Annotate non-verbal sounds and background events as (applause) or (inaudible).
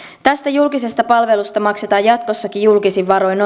tästä julkisesta palvelusta maksetaan jatkossakin julkisin varoin (unintelligible)